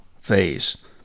phase